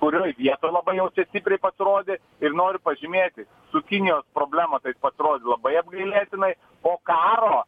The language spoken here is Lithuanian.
kurioj vietoj labai jau čia stipriai pasirodė ir noriu pažymėti su kinijos problema tai jis pasirodė labai apgailėtinai o karo